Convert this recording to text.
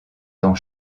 dans